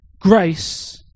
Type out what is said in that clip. grace